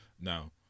now